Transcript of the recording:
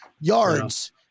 yards